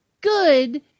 good